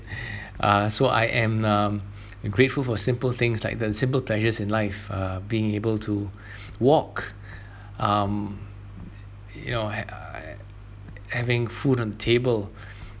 uh so I am um grateful for simple things like the simple pleasures in life uh being able to walk um you know ha~ having food on the table